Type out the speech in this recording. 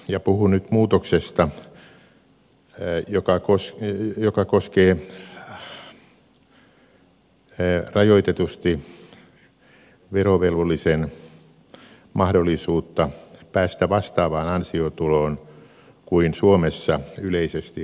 ja puhun nyt muutoksesta joka koskee rajoitetusti verovelvollisen mahdollisuutta päästä vastaavaan ansiotuloverotukseen kuin suomessa yleisesti verovelvolliset